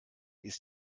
ist